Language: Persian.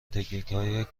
تکنیکهای